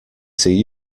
see